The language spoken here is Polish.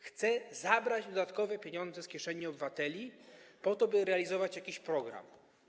Chce zabrać dodatkowe pieniądze z kieszeni obywateli, po to by realizować jakiś program.